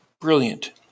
brilliant